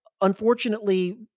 unfortunately